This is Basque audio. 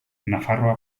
nafarroa